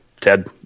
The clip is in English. Ted